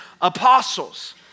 apostles